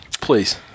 Please